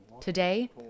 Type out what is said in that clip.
Today